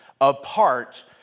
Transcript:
apart